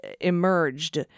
emerged